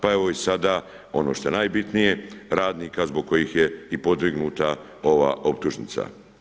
Pa evo i sada ono što je najbitnije radnika zbog kojih je i podignuta ova optužnica.